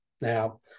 now